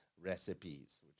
recipes